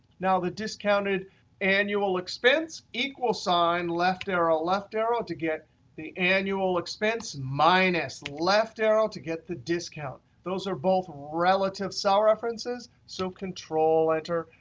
now, the discounted annual expense, equal sign, left arrow, left arrow to get the annual expense minus left arrow to get the discount. those are both relative cell references, so control-enter,